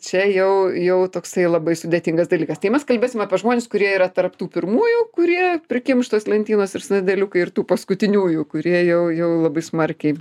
čia jau jau toksai labai sudėtingas dalykas tai mes kalbėsim apie žmones kurie yra tarp tų pirmųjų kurie prikimštos lentynos ir sandėliukai ir tų paskutiniųjų kurie jau jau labai smarkiai